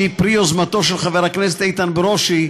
שהיא פרי יוזמתו של חבר הכנסת איתן ברושי,